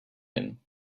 him